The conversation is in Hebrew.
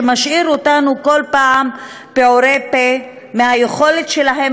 שמשאיר אותנו בכל פעם פעורי פה מול היכולת שלהם